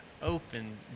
open